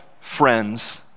friends